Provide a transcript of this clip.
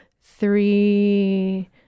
three